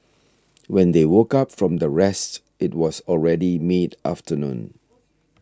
when they woke up from the rest it was already mid afternoon